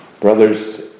Brothers